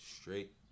Straight